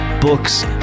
books